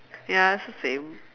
ya it's the same